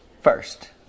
First